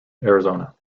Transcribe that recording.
arizona